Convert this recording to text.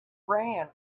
ran